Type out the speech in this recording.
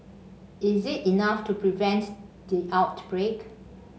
is it enough to prevent the outbreak